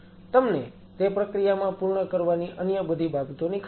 તમને તે પ્રક્રિયામાં પૂર્ણ કરવાની અન્ય બધી બાબતોની ખબર છે